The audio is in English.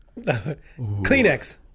Kleenex